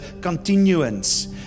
continuance